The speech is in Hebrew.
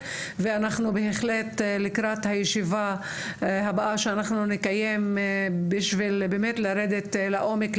אנחנו פותחים את הישיבה בנושא שיבוץ מורים ערבים,